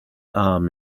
arm